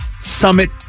Summit